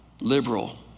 liberal